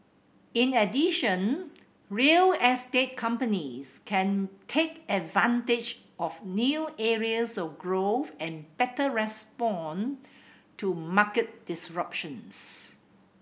in addition real estate companies can take advantage of new areas of growth and better respond to market disruptions